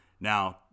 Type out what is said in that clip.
Now